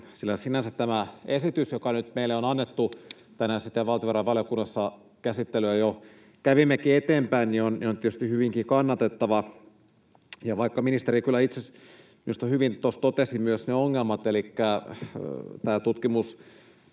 sillä sinänsä tämä esitys, joka nyt meille on annettu — tänään sitten valtiovarainvaliokunnassa käsittelyä jo kävimmekin eteenpäin — on tietysti hyvinkin kannatettava. Ja vaikka ministeri kyllä itse minusta hyvin tuossa totesi myös ne ongelmat, elikkä tämä tutkimustieto